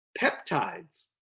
peptides